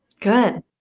Good